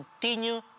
continue